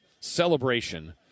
celebration